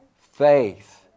faith